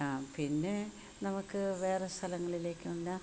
ആ പിന്നെ നമുക്ക് വേറെ സ്ഥലങ്ങളിലേക്ക് വന്ന